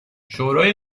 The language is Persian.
شورای